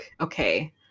okay